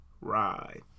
ride